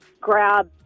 grab